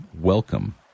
welcome